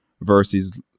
versus